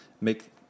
make